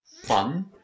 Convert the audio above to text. fun